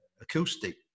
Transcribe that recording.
acoustic